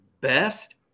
best